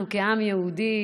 אנחנו כעם יהודי,